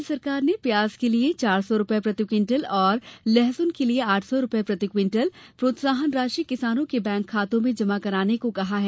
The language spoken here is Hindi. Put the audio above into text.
राज्य सरकार ने प्याज के लिये चार सौ रूपये प्रति क्विटल और लहसुन के लिये आठ सौ रूपये प्रति क्विटल प्रोत्साहन राशि किसानों के बैंक खातों में जमा कराने का निर्णय लिया है